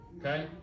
okay